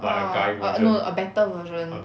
ah err no a better version